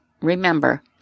Remember